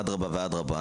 אדרבה ואדרבה,